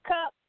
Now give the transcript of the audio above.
Cup